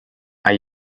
are